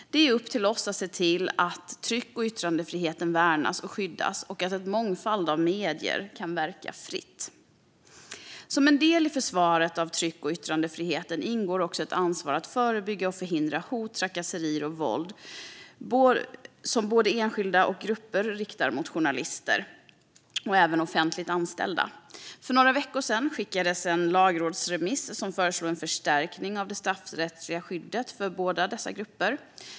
Det är upp till oss att se till att tryck och yttrandefriheten värnas och skyddas och att en mångfald av medier kan verka fritt. Som en del i försvaret av tryck och yttrandefriheten ingår ett ansvar för att förebygga och förhindra hot, trakasserier och våld som både enskilda och grupper riktar mot journalister och även offentligt anställda. För några veckor sedan beslutades det om en lagrådsremiss i vilken det föreslås en förstärkning av det straffrättsliga skyddet för båda dessa grupper.